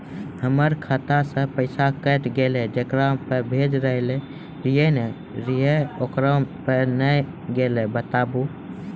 हमर खाता से पैसा कैट गेल जेकरा पे भेज रहल रहियै ओकरा पे नैय गेलै बताबू?